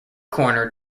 corner